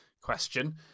question